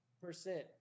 percent